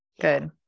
Good